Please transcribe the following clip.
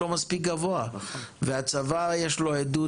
איזה מכתבים יצאו מהוועדה.